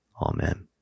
Amen